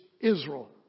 Israel